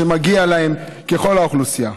ומגיע להם ככל האוכלוסייה.